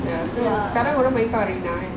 ya so sekarang orang panggil kau arina kan